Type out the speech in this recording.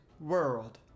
world